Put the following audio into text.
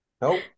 Nope